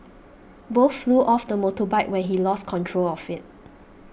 both flew off the motorbike when he lost control of it